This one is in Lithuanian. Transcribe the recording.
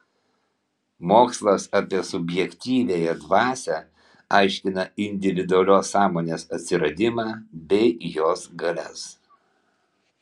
mokslas apie subjektyviąją dvasią aiškina individualios sąmonės atsiradimą bei jos galias